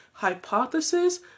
hypothesis